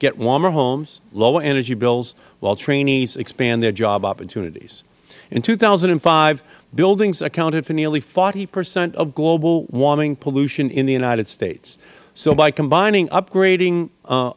warmer homes lower energy bills while trainees expand their job opportunities in two thousand and five buildings accounted for nearly forty percent of global warming pollution in the united states so by combining upgrading